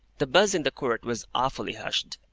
the buzz in the court was awfully hushed.